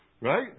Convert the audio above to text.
right